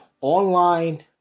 online